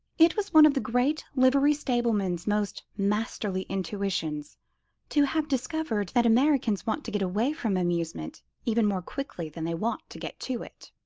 it was one of the great livery-stableman's most masterly intuitions to have discovered that americans want to get away from amusement even more quickly than they want to get to it.